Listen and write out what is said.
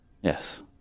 Yes